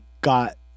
got